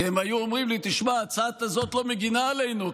כי הם היו אומרים לי: הצעה כזאת לא מגינה עלינו,